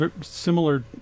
similar